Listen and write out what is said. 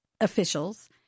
officials